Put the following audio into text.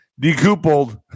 decoupled